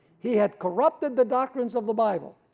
he had corrupted the doctrines of the bible,